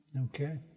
Okay